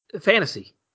fantasy